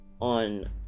On